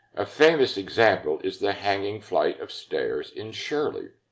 a famous example is the hanging flight of stairs in shirley.